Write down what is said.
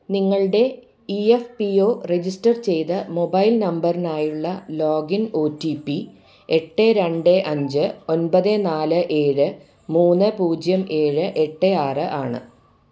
നിങ്ങളുടെ E F P O register ചെയ്ത mobile നമ്പറിനായുള്ള ലോഗിൻ ഒ ടി പി എട്ട് രണ്ട് അഞ്ച് ഒൻപത് നാല് ഏഴ് മൂന്ന് പൂജ്യം ഏഴ് എട്ട് ആറ് ആണ്